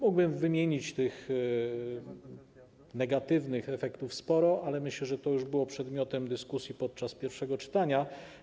Mógłbym wymienić sporo tych negatywnych efektów, ale myślę, że to już było przedmiotem dyskusji podczas pierwszego czytania.